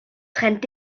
trennt